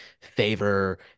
favor